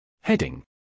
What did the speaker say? Heading